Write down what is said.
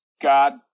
God